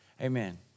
Amen